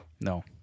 No